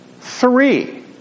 Three